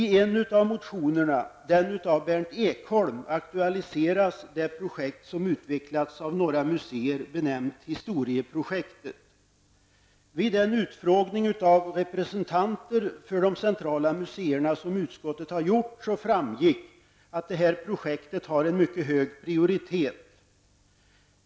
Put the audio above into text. I en av motionerna, den av Berndt Ekholm, aktualiseras det projekt som utvecklats av några museer benämnt Historieprojektet. Vid den utfrågning av representanter för de centrala museerna som utskottet har gjort framgick att det här projektet har en mycket hög prioritet.